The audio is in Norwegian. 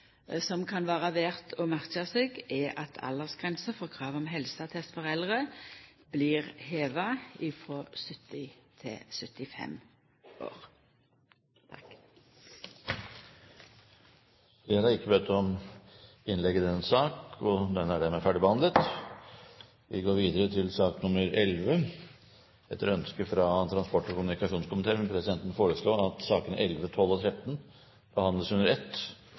som kan vera verd å merka seg, er at aldersgrensa for krav om helseattest for eldre blir heva frå 70 til 75 år. Flere har ikke bedt om ordet til sak nr. 10. Etter ønske fra transport- og kommunikasjonskomiteen vil presidenten foreslå at sakene nr. 11–13 behandles under ett